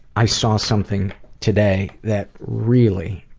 i saw something today that really,